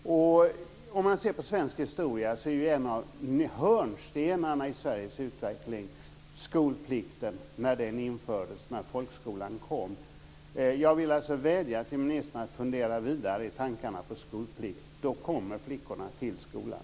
Om man ser på svensk historia så är ju en av hörnstenarna i Sveriges utveckling att skolplikten infördes och när folkskolan kom. Jag vill alltså vädja till ministern att fundera vidare på tankarna om skolplikt. Då kommer flickorna till skolan.